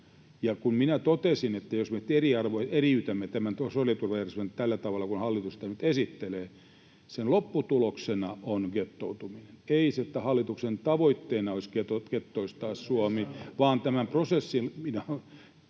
kun minä totesin, että jos me nyt eriytämme tämän sosiaaliturvajärjestelmän tällä tavalla kuin hallitus tämän nyt esittelee, sen lopputuloksena on gettoutuminen — ei niin, että hallituksen tavoitteena olisi gettoistaa Suomi, [Ben Zyskowicz: